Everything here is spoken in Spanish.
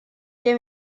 que